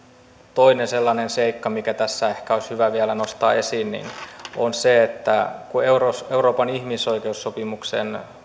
toinen sellainen seikka mikä tässä ehkä olisi hyvä vielä nostaa esiin on se että kun euroopan ihmisoikeussopimuksen